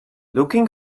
looking